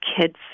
kids